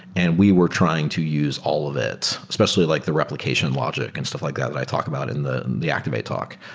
and we were trying to use all of it, especially like the replication logic and stuff like that that i talked about in the the activate talk,